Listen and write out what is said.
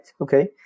Okay